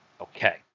Okay